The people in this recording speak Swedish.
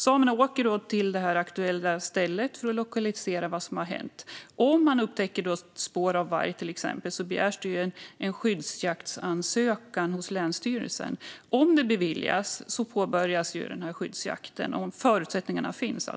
De åker då till det aktuella stället för att se vad som har hänt. Om man då upptäcker spår av varg görs en skyddsjaktsansökan hos länsstyrelsen. Om den beviljas påbörjas skyddsjakten, alltså om förutsättningarna finns.